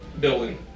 building